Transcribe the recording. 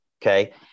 Okay